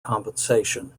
compensation